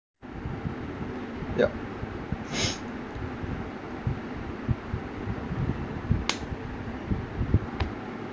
yup